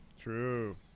true